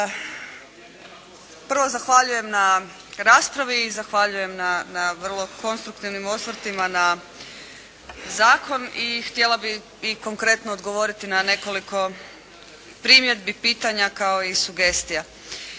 i zahvaljujem na vrlo konstruktivnim osvrtima na zakon i htjela bi i konkretno odgovoriti na nekoliko primjedbi, pitanja kao i sugestija.